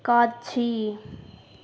காட்சி